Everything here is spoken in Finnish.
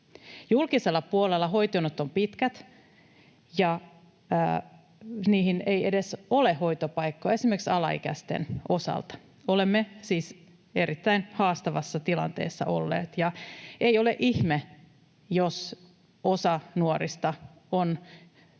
Julkisella puolella hoitojonot ovat pitkät, ja niihin ei edes ole hoitopaikkoja esimerkiksi alaikäisten osalta. Olemme siis erittäin haastavassa tilanteessa olleet, ja ei ole ihme, jos osa nuorista on